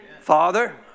Father